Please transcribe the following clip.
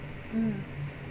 mm